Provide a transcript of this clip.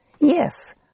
Yes